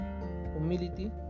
humility